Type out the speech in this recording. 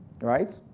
Right